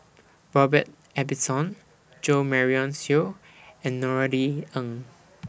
Robert Ibbetson Jo Marion Seow and Norothy Ng